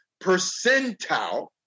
percentile